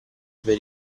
per